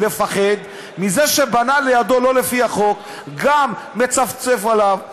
לפחד מזה שבנה לידו שלא לפי החוק גם מצפצף עליו,